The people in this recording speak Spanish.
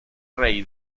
rey